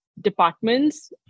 departments